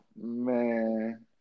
Man